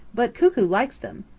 but cuckoo likes them.